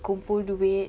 kumpul duit